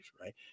right